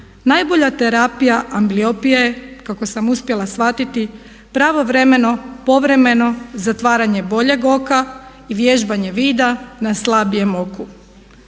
najbolja terapija ambliopije je kako sam uspjela shvatiti pravovremeno povremeno zatvaranje boljeg oka i vježbanje vida na slabijem oku.